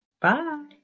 Bye